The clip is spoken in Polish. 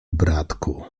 bratku